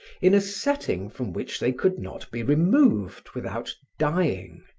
in a setting from which they could not be removed without dying,